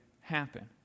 happen